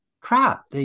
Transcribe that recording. crap